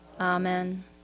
Amen